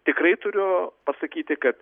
tikrai turiu pasakyti kad